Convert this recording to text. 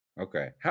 Okay